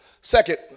Second